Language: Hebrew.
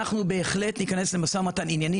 אנחנו בהחלט ניכנס למשא ומתן ענייני.